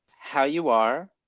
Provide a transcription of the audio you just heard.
how you are.